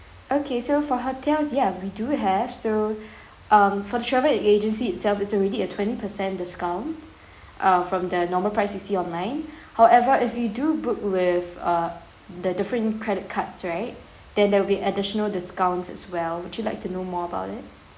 okay so for hotels yeah we do have so um for travel agency itself is already a twenty percent discount uh from the normal price you see online however if you do book with uh the different credit cards right then there will be additional discounts as well would you like to know more about it